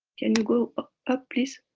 can you go up, up please?